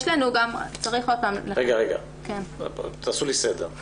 תעשו לי סדר.